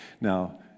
Now